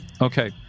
Okay